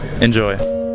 Enjoy